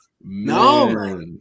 No